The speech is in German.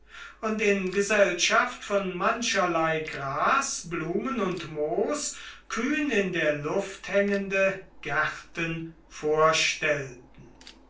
und in gesellschaft von mancherlei gras blumen und moos kühn in der luft hängende gärten vorstellten